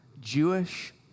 Jewish